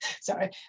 sorry